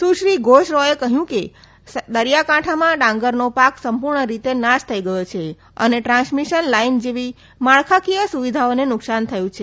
સુશ્રી ઘોષ રોચે કહ્યું કે દરિયાકાંઠામાં ડાંગરનો પાક સંપૂર્ણ રીતે નાશ થઇ ગયો છે અને ટ્રાન્સમિશન લાઇન જેવી માળખાકીય સુવિધાઓને નુકસાન થયું છે